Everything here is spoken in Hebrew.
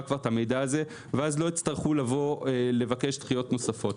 כבר את המידע הזה ואז לא יצטרכו לבוא לבקש דחיות נוספות.